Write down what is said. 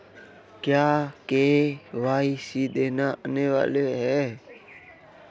क्या के.वाई.सी देना अनिवार्य है?